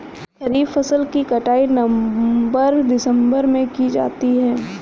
खरीफ फसल की कटाई नवंबर दिसंबर में की जाती है